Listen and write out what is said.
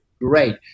Great